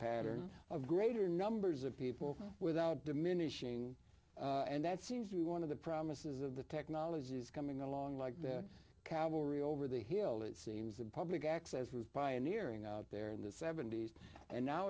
pattern of greater numbers of people without diminishing and that seems to be one of the promises of the technologies coming along like the cavalry over the hill it seems that public access was pioneering out there in the seventy's and now